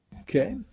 Okay